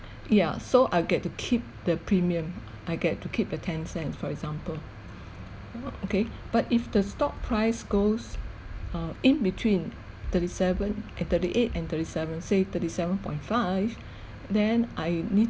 ya so I get to keep the premium I get to keep the ten cent for example uh okay but if the stock price goes uh in-between thirty-seven and thirty-eight and thirty-seven say thirty-seven point five then I need